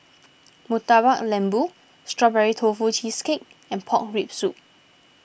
Murtabak Lembu Strawberry Tofu Cheesecake and Pork Rib Soup